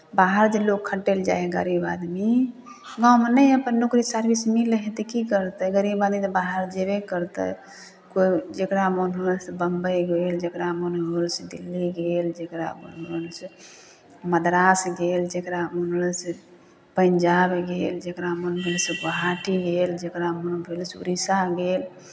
बाहर जे लोग खटय लेल जाइत हइ गरीब आदमी गाँवमे नहि अपन नौकरी सर्विस मिलैत हइ तऽ की करतै गरीब आदमी तऽ बाहर जेबे करतै कोइ जकरा मोन होल से बंबई गेल जकरा मोन होल से दिल्ली गेल जकरा मोन होल से मद्रास गेल जकरा मोन होल से पंजाब गेल जकरा मोन होल से गुआहटी गेल जकरा मोन भेलय से उड़ीसा गेल